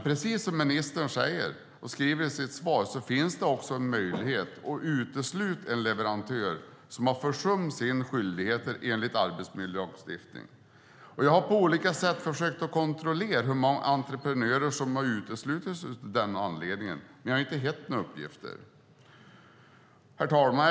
Precis som ministern säger i sitt svar finns det dock möjlighet att utesluta en leverantör som har försummat sina skyldigheter enligt arbetsmiljölagstiftningen. Jag har på olika sätt försökt att kontrollera hur många entreprenörer som har uteslutits av den anledningen, men jag har inte hittat några uppgifter. Herr talman!